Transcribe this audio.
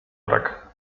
brak